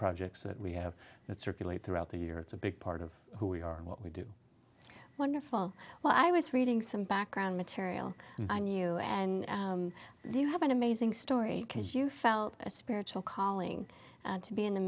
projects that we have that circulate throughout the year it's a big part of who we are and what we do wonderful well i was reading some background material on you and you have an amazing story because you felt a spiritual calling to be in the